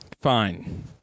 Fine